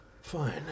Fine